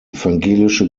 evangelische